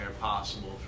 possible